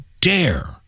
dare